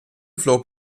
flog